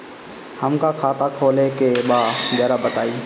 हमका खाता खोले के बा जरा बताई?